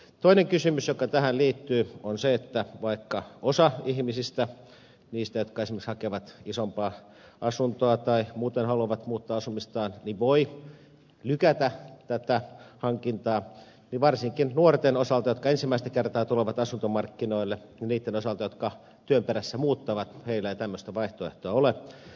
toinen kysymys joka tähän liittyy on se että vaikka osa ihmisistä jotka esimerkiksi hakevat isompaa asuntoa tai muuten haluavat muuttaa asumistaan voi lykätä tätä hankintaa niin varsinkin nuorten osalta jotka ensimmäistä kertaa tulevat asuntomarkkinoille ja niitten osalta jotka työn perässä muuttavat ei tämmöistä vaihtoehtoa ole